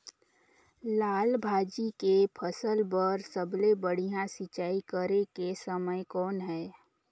लाल भाजी के फसल बर सबले बढ़िया सिंचाई करे के समय कौन हे?